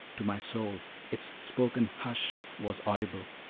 to my soul its spoken hush! was audible,